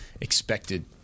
expected